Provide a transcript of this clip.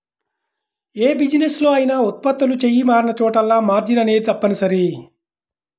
యే బిజినెస్ లో అయినా ఉత్పత్తులు చెయ్యి మారినచోటల్లా మార్జిన్ అనేది తప్పనిసరి